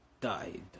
died